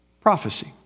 prophecy